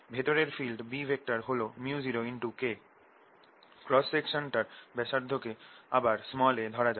ভেতরের field B হল µ0K cross সেকশনটার ব্যাসার্ধকে আবার a ধরা যাক